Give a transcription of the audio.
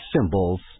symbols